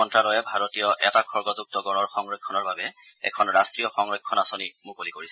মন্ত্ৰ্যালয়ে ভাৰতীয় এটা খৰ্গযুক্ত গঁড়ৰ সংৰক্ষণৰ বাবে এখন ৰাষ্ট্ৰীয় সংৰক্ষণ আঁচনি মুকলি কৰিছে